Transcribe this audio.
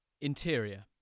Interior